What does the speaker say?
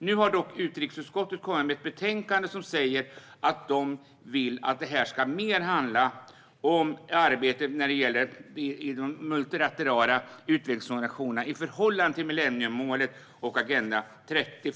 Nu har dock utrikesutskottet kommit med ett betänkande där de säger att de vill att detta mer ska handla om arbetet när det gäller de multilaterala utvecklingsorganisationerna i förhållande till milleniemålet och Agenda 30.